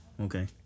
okay